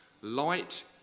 light